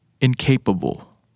incapable